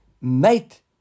Mate